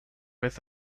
with